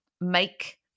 make